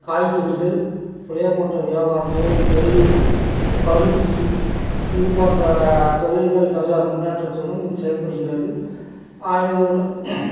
காய்கறிகள் புளியாங்கொட்டை வியாபாரங்கள் நெல் பருத்தி இதுப்போன்ற தொழில்கள் நல்லா முன்னேற்றத்துடன் செயல்படுகிறது ஆய்தோட